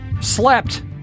slept